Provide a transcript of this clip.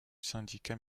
syndicat